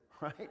right